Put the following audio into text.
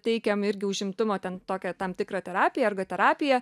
teikiam irgi užimtumo ten tokią tam tikrą terapiją ergoterapiją